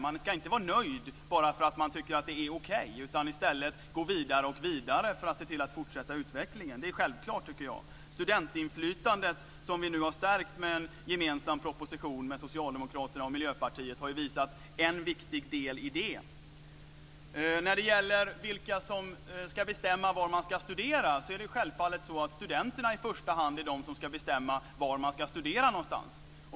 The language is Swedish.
Man ska inte vara nöjd bara för att det är okej, utan i stället ska man gå vidare för att fortsätta utvecklingen. Det är självklart. Studentinflytandet, som stärkts efter en gemensam proposition med Socialdemokraterna och Miljöpartiet, har varit en viktig del i detta. Sedan var det frågan om vilka som ska bestämma var man ska studera. Självfallet ska studenterna i första hand bestämma var de ska studera någonstans.